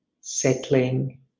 settling